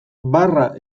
barra